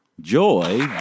Joy